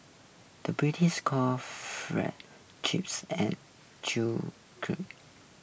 the British calls Fries Chips and true crisps